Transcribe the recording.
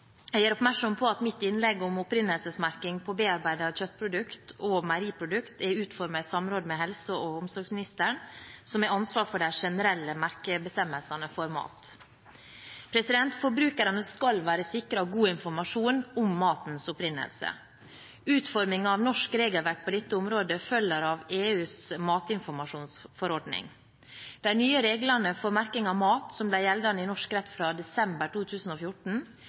Jeg gjør oppmerksom på at mitt innlegg om opprinnelsesmerking på bearbeidede kjøttprodukter og meieriprodukter er utformet i samråd med helse- og omsorgsministeren, som har ansvar for de generelle merkebestemmelsene for mat. Forbrukerne skal være sikret god informasjon om matens opprinnelse. Utformingen av norsk regelverk på dette området følger av EUs matinformasjonsforordning. De nye reglene for merking av mat, som ble gjeldende i norsk rett fra desember 2014,